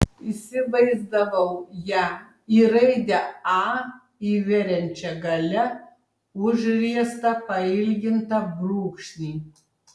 įsivaizdavau ją į raidę a įveriančią gale užriestą pailgintą brūkšnį